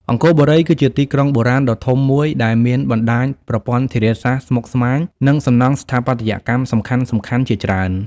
អង្គរបុរី គឺជាទីក្រុងបុរាណដ៏ធំមួយដែលមានបណ្តាញប្រព័ន្ធធារាសាស្ត្រស្មុគស្មាញ និងសំណង់ស្ថាបត្យកម្មសំខាន់ៗជាច្រើន។